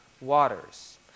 waters